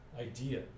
idea